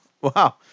wow